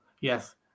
yes